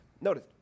notice